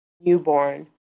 newborn